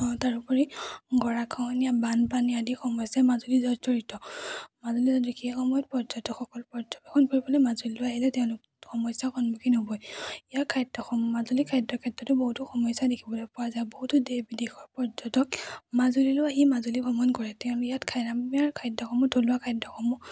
তাৰোপৰি গৰাখহনীয়া বানপানী আদি সমস্যাই মাজুলী জৰ্জৰিত মাজুলী সময়ত পৰ্যটকসকল পৰ্যবেক্ষণ কৰিবলৈ মাজুলীলৈ আহিলে তেওঁলোক সমস্যাৰ সন্মুখীন হ'বই ইয়াৰ খাদ্যসমূহ মাজুলী খাদ্যৰ ক্ষেত্ৰতো বহুতো সমস্যা দেখিবলৈ পোৱা যায় বহুতো দেশ বিদেশৰ পৰ্যটক মাজুলীলৈও আহি মাজুলী ভ্ৰমণ কৰে তেওঁলোকে ইয়াত ইয়াৰ খাদ্যসমূহ থলুৱা খাদ্যসমূহ